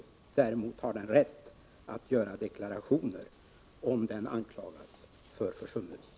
Däremot har den rätt att göra deklarationer, om den anklagas för försummelse.